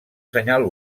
senyal